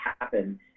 happen